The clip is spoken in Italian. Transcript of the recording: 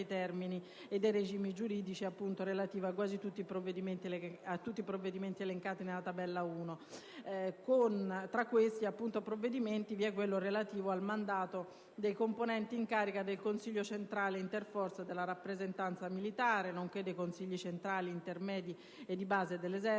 e dei regimi giuridici relativi a quasi tutti provvedimenti elencati nella Tabella 1. Tra questi, vi è quello relativo al mandato dei componenti in carica del Consiglio centrale interforze della rappresentanza militare, nonché dei consigli centrali intermedi e di base dell'Esercito,